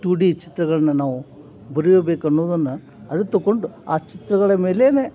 two D ಚಿತ್ರಗಳನ್ನ ನಾವು ಬರಿಯಬೇಕು ಅನ್ನೋದನ್ನು ಅರಿತುಕೊಂಡು ಆ ಚಿತ್ರಗಳ ಮೇಲೇ